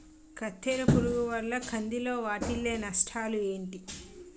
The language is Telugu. కత్తెర పురుగు వల్ల కంది లో వాటిల్ల నష్టాలు ఏంటి